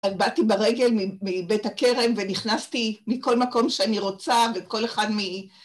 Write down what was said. ובאתי ברגל מבית הכרם ונכנסתי מכל מקום שאני רוצה וכל אחד מי...